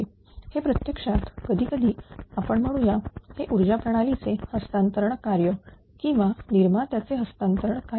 हे प्रत्यक्षात कधीकधी आपण म्हणू या हे ऊर्जा प्रणाली चे हस्तांतरण कार्य किंवा निर्मात्याचे हस्तांतरण कार्य